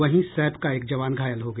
वहीं सैप का एक जवान घायल हो गया